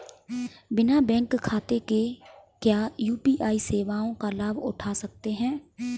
बिना बैंक खाते के क्या यू.पी.आई सेवाओं का लाभ उठा सकते हैं?